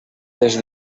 des